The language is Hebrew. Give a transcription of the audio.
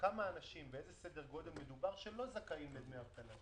באיזה סדר גודל מדובר שלא זכאים לדמי אבטלה,